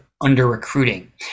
under-recruiting